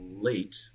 late